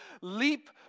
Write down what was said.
leap